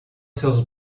seus